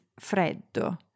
freddo